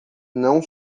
não